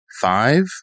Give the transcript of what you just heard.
five